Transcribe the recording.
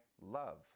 love